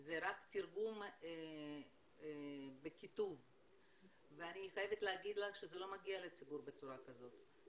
זה רק תרגום בכיתוב ואני חייבת להגיד לך שזה לא מגיע לציבור בצורה כזאת,